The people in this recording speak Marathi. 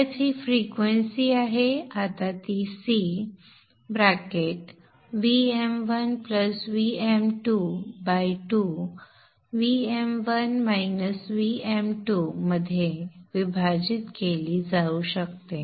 f ही फ्रिक्वेन्सी आहे आता ती C Vm1 Vm22 मध्ये विभाजित केली जाऊ शकते